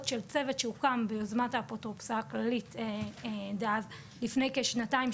של צוות שהוקם ביוזמת האפוטרופסה הכללית דאז לפני כשנתיים,